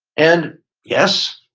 and yes,